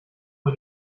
mal